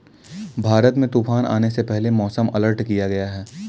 भारत में तूफान आने से पहले मौसम अलर्ट किया गया है